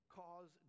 cause